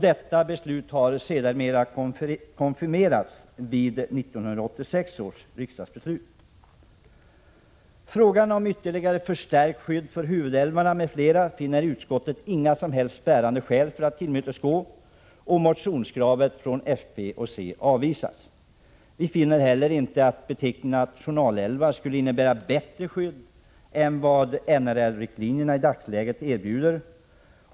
Detta beslut har sedermera konfirmerats i 1986 års riksdagsbeslut. Kravet på ett ytterligare förstärkt skydd för huvudälvarna m.fl. finner = Prot. 1986/87:108 utskottet inga som helst bärande skäl för att tillmötesgå. Motionskravet från = 22 april 1987 centern och folkpartiet avvisas. Vi finner inte heller att beteckningen. —S Begränsning av vatten nationalälvar skulle innebära bättre skydd än vad NRL-riktlinjerna i dagsläget erbjuder.